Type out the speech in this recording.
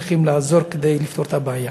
צריכים לעזור כדי לפתור את הבעיה.